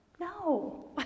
no